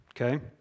okay